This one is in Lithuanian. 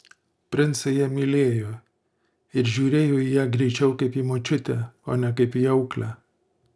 princai ją mylėjo ir žiūrėjo į ją greičiau kaip į močiutę o ne kaip į auklę